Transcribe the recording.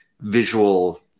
visual